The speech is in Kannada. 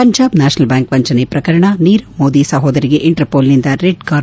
ಪಂಜಾಬ್ ನ್ಯಾಷನಲ್ ಬ್ಯಾಂಕ್ ವಂಚನೆ ಪ್ರಕರಣ ನೀರವ್ ಮೋದಿ ಸಹೋದರಿಗೆ ಇಂಟರ್ ಪೋಲ್ನಿಂದ ರೆಡ್ ಕಾರ್ನರ್ ಸೋಟಸ್